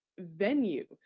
venue